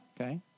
okay